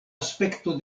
aspekto